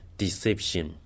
deception